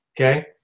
Okay